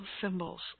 symbols